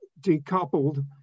decoupled